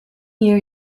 year